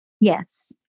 Yes